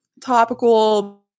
topical